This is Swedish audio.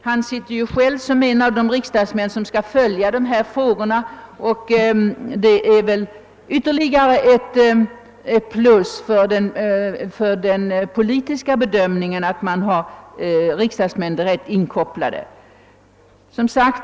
Han sitter själv som en av de riksdagsmän som skall följa dessa frågor, och det är väl för den politiska bedömningen ett plus att man har riksdagsmän direkt inkopplade på saken.